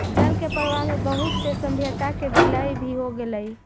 जल के प्रवाह में बहुत से सभ्यता के विलय भी हो गेलई